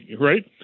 right